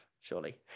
surely